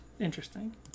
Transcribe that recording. Interesting